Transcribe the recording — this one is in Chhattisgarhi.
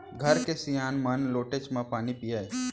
घर के सियान मन लोटेच म पानी पियय